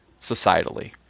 societally